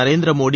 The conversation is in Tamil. நரேந்திர மோடி